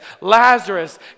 Lazarus